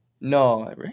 No